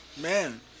Man